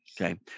Okay